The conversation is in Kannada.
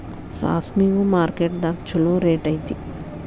ಸಾಸ್ಮಿಗು ಮಾರ್ಕೆಟ್ ದಾಗ ಚುಲೋ ರೆಟ್ ಐತಿ